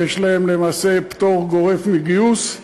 שיש להם למעשה פטור גורף מגיוס,